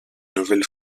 nouvelle